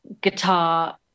guitar